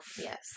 yes